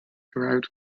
derived